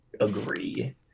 agree